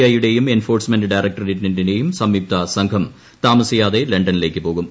I യുടെയും enforcement ഡയറക്ടറേറ്റിന്റെയും സംയുക്ത സംഘം താമസിയാതെ ലണ്ടനിലേയ്ക്ക് പോകും